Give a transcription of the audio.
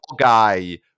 guy